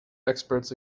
experts